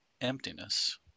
emptiness